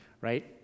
right